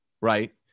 right